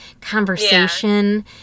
conversation